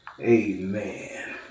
Amen